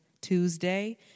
Tuesday